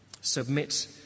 Submit